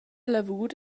lavur